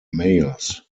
mayors